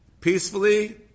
Peacefully